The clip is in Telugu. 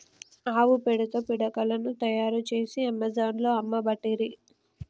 ఆవు పేడతో పిడికలను తాయారు చేసి అమెజాన్లో అమ్మబట్టిరి